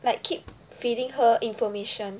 like keep feeding her information